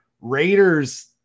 Raiders